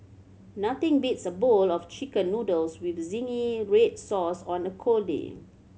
nothing beats a bowl of Chicken Noodles with zingy red sauce on a cold day